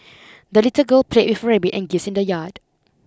the little girl played with her rabbit and geese in the yard